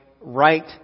right